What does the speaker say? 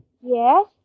Yes